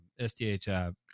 SDHI